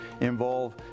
involve